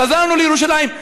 חזרנו לירושלים,